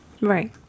right